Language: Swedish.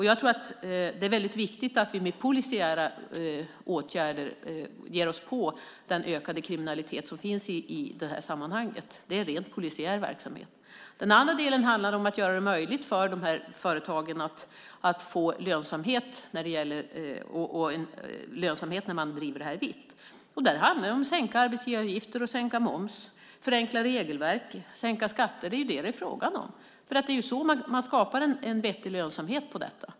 Jag tror att det är väldigt viktigt att vi med polisiära åtgärder ger oss på den ökade kriminalitet som finns i det här sammanhanget. Det är en rent polisiär verksamhet. En annan del handlar om att göra det möjligt för de här företagen att få lönsamhet när man driver verksamheten vitt. Där handlar det om sänkta arbetsgivaravgifter, sänkt moms, förenklade regelverk och sänkta skatter. Det är det som det är frågan om. Det är så man skapar vettig lönsamhet i detta.